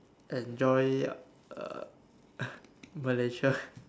enjoy uh Malaysia